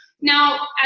Now